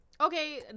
Okay